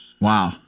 Wow